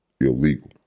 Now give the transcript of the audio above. illegal